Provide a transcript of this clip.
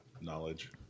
knowledge